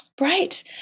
Right